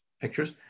pictures